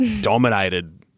dominated